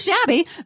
shabby